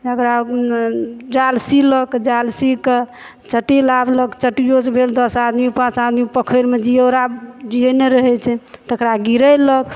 ओकरा जाल सीलक जाल सीकऽ चट्टी लाबलक चट्टियोसऽ भेल दस आदमी पाँच आदमी पोखरिमे जियौरा जियेने रहै छै तकरा गिरेलक